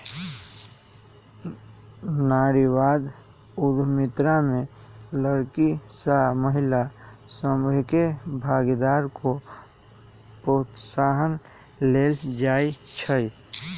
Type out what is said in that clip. नारीवाद उद्यमिता में लइरकि आऽ महिला सभके भागीदारी को प्रोत्साहन देल जाइ छइ